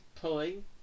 Pulling